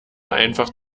einfach